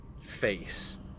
face